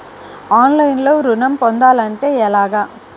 ఆన్లైన్లో ఋణం పొందాలంటే ఎలాగా?